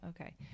Okay